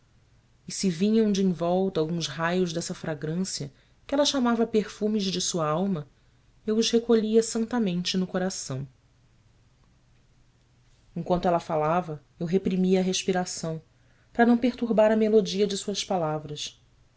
e se vinham de envolta alguns raios dessa fragrância que ela chamava perfumes de sua alma eu os recolhia santamente no coração enquanto ela falava eu reprimia a respiração para não perturbar a melodia de suas palavras